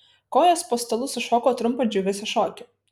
kojos po stalu sušoko trumpą džiugesio šokį